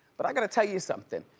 but i gotta tell you something.